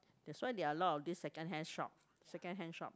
that's why there are a lot of this secondhand shop secondhand shop